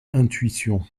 intuition